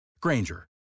Granger